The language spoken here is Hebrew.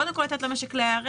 קודם כול לתת למשק להיערך,